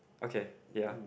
okay ya